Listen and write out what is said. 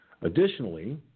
Additionally